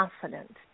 confident